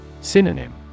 Synonym